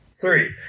three